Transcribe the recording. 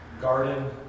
garden